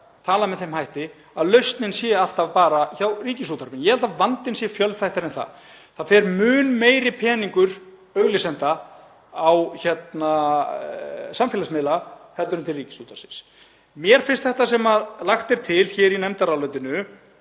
tala með þeim hætti að lausnin sé alltaf bara hjá Ríkisútvarpinu. Ég held að vandinn sé fjölþættari en það. Það fer mun meiri peningur auglýsenda á samfélagsmiðla heldur en til Ríkisútvarpsins. Mér finnst þetta sem lagt er til í nefndarálitinu